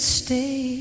stay